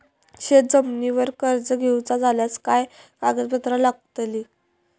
शेत जमिनीवर कर्ज घेऊचा झाल्यास काय कागदपत्र लागतली?